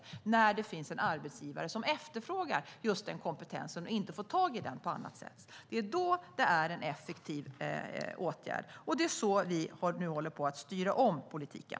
Det handlar om att det finns en arbetsgivare som efterfrågar just den kompetensen och inte får tag i den på annat sätt. Det är då det är en effektiv åtgärd. Det är så vi nu håller på att styra om politiken.